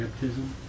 Baptism